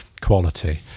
quality